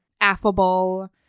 affable